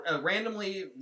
randomly